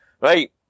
Right